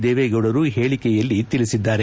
ದೇವೇಗೌಡರು ಹೇಳಿಕೆಯಲ್ಲಿ ತಿಳಿಸಿದ್ದಾರೆ